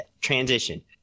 transition